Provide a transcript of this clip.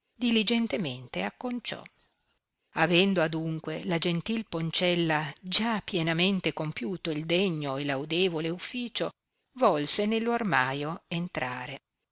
diligentemente acconciò avendo adunque la gentil poncella già pienamente compiuto il degno e laudevole ufficio volse nello armaio entrare